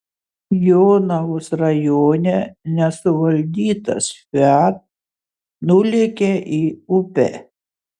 jonavos rajone nesuvaldytas fiat nulėkė į upę